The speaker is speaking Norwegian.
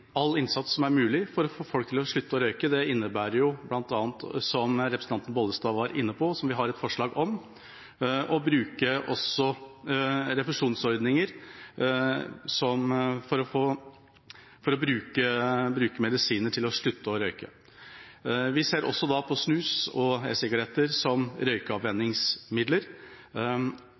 all innsats som er mulig, for å få folk til å slutte å røyke. Det innebærer bl.a. – som representanten Bollestad var inne på, og som vi har et forslag om – å bruke refusjonsordninger for bruk av medisiner for å slutte å røyke. Vi ser også på snus og e-sigaretter som røykeavvenningsmidler.